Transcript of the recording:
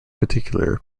particular